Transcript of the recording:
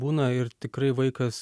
būna ir tikrai vaikas